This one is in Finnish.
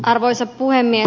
arvoisa puhemies